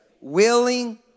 willing